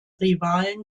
rivalen